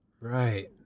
right